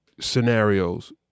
scenarios